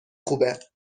خوبه